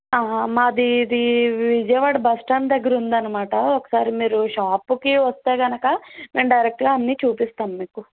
మాది ఇది విజయవాడ బస్టాండ్ దగ్గర ఉందన్నమాట ఒకసారి మీరు షాపుకి వస్తే కనుక మేము డైరెక్ట్గా అన్ని చూపిస్తాం మీకు